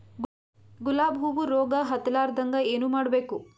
ಗುಲಾಬ್ ಹೂವು ರೋಗ ಹತ್ತಲಾರದಂಗ ಏನು ಮಾಡಬೇಕು?